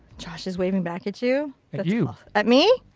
josh is waving back at you? but at you. at me?